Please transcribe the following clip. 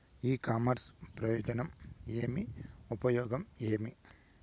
ఇ commerce ప్రయోజనం ఏమి? ఉపయోగం ఏమి?